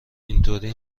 اینطوری